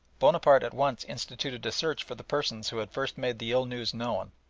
bonaparte at once instituted a search for the persons who had first made the ill news known,